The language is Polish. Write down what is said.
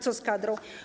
Co z kadrą?